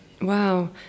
Wow